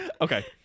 Okay